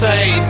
Say